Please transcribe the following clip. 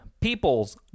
Peoples